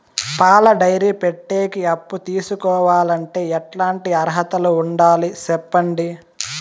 పాల డైరీ పెట్టేకి అప్పు తీసుకోవాలంటే ఎట్లాంటి అర్హతలు ఉండాలి సెప్పండి?